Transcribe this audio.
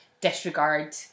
disregard